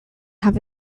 have